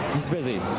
is busy.